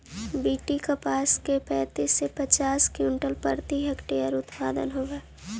BT कपास के पैंतीस से पचास क्विंटल प्रति हेक्टेयर उत्पादन होवे हई